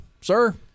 sir